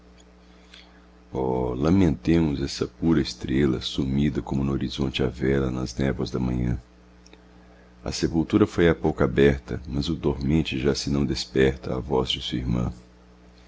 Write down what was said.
lamentemos essa pura estrela sumida como no horizonte a vela nas névoas da manhã a sepultura foi há pouco aberta mas o dormente já se não desperta à voz de sua irmã